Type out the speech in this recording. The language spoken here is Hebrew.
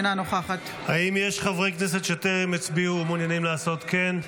אינה נוכחת האם יש חברי כנסת שטרם הצביעו ומעוניינים לעשות כן?